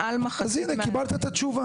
אז הנה, קיבלת את התשובה.